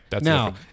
now